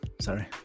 Sorry